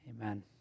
Amen